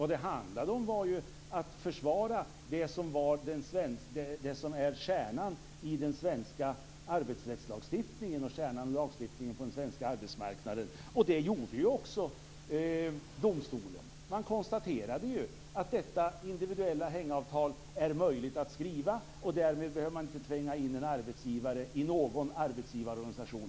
Det handlade om att försvara det som är kärnan i den svenska arbetsrättslagstiftningen och den svenska arbetsmarknaden. Det gjorde också domstolen. Domstolen konstaterade att det är möjligt att skriva ett individuellt hängavtal. Därmed behöver en arbetsgivare inte tvingas in i en arbetsgivarorganisation.